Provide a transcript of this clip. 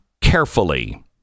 carefully